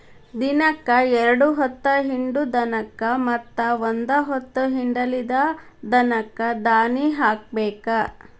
ದಿನಕ್ಕ ಎರ್ಡ್ ಹೊತ್ತ ಹಿಂಡು ದನಕ್ಕ ಮತ್ತ ಒಂದ ಹೊತ್ತ ಹಿಂಡಲಿದ ದನಕ್ಕ ದಾನಿ ಹಾಕಬೇಕ